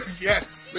Yes